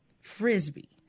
Frisbee